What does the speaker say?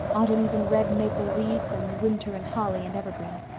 autumn's in red maple leaves, and winter in holly and evergreen.